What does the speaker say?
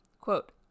quote